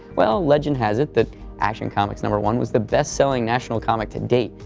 well, legend has it that action comics number one was the best selling national comic to date,